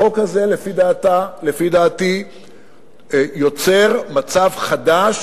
החוק הזה לפי דעתי יוצר מצב חדש